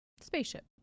spaceship